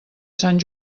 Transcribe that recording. sant